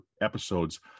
episodes